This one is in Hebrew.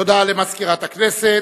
תודה למזכירת הכנסת.